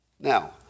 Now